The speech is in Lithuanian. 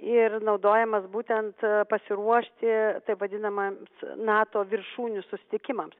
ir naudojamas būtent pasiruošti taip vadinamams nato viršūnių susitikimams